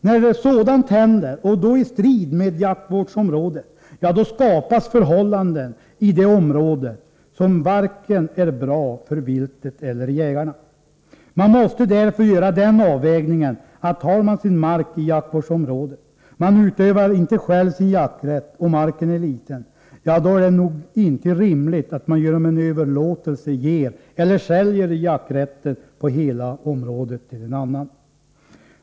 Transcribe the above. När sådant händer — och då det sker i strid med övriga inom jaktvårdsområdet — skapas förhållanden i området som inte är bra vare sig för viltet eller för jägarna. Man måste därför säga att om man har sin mark inom jaktvårdsområdet, men själv inte utövar sin jakträtt och marken är liten, då är det nog inte rimligt att man genom en överlåtelse ger eller säljer jakträtten på hela området till någon annan.